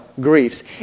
griefs